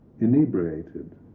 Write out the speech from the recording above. inebriated